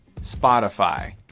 Spotify